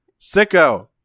Sicko